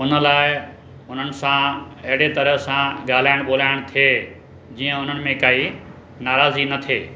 उन लाइ उन्हनि सां एॾे तरह सां ॻाल्हाइणु ॿोलाइण थिए जीअं हुननि में काई नाराज़ी न थिए